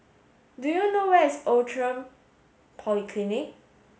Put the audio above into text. do you know where is Outram Polyclinic